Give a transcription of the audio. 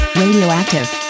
radioactive